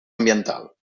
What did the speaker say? ambiental